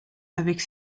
avec